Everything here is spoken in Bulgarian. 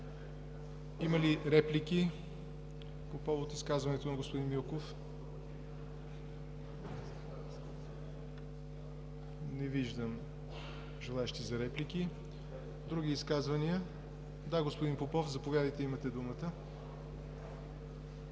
Има ли реплики по повод изказването на господин Милков? Не виждам желаещи за реплики. Други изказвания? Господин Попов, заповядайте – имате думата.